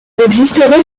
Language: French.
existerait